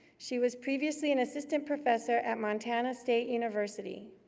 she was previously an assistant professor at montana state university.